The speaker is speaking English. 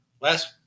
last